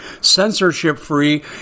censorship-free